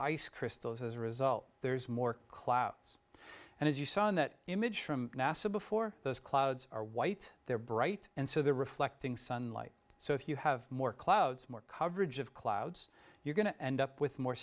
ice crystals as a result there's more clouds and as you saw in that image from nasa before those clouds are white they're bright and so they're reflecting sunlight so if you have more clouds more coverage of clouds you're going to end up with more